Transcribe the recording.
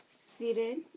Seated